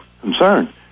concern